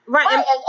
Right